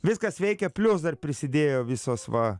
viskas veikia plius dar prisidėjo visos va